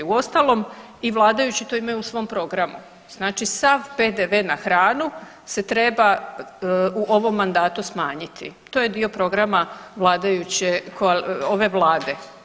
Uostalom i vladajući to imaju u svom programu. znači sav PDV na hranu se treba u ovom mandatu smanjiti, to je dio programa ove Vlade.